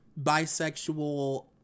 bisexual